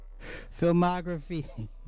filmography